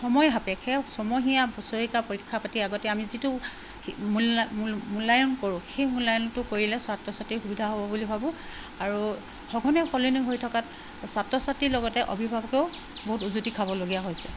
সময় সাপেক্ষে ছমহীয়া বছৰেকীয়া পৰীক্ষা পাতি আগতে আমি যিটো মূল্য মূল্যায়ন কৰোঁ সেই মূল্যায়নটো কৰিলে ছাত্ৰ ছাত্ৰীৰ সুবিধা হ'ব বুলি ভাবোঁ আৰু সঘনে সলনি হৈ থকাত ছাত্ৰ ছাত্ৰীৰ লগতে অভিভাৱকেও বহুত উজুতি খাবলগীয়া হৈছে